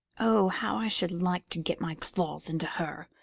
oh, how i should like to get my claws into her,